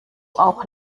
auch